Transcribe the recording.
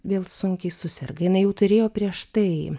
vėl sunkiai suserga jinai jau turėjo prieš tai